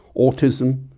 autism,